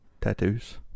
Tattoos